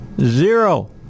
zero